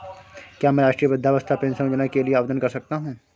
क्या मैं राष्ट्रीय वृद्धावस्था पेंशन योजना के लिए आवेदन कर सकता हूँ?